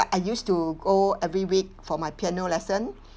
I used to go every week for my piano lesson